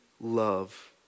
love